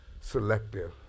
selective